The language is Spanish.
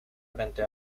frente